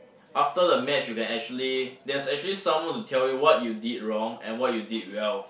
after the match you can actually that's actually someone to tell you what you did wrong and what you did well